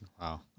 Wow